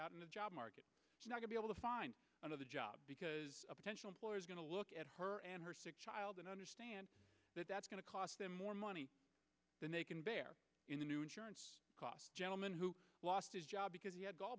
out in the job market not to be able to find another job because a potential employer is going to look at her and her sick child and understand that that's going to cost them more money than they can bare in the new insurance cost gentleman who lost his job because he had gall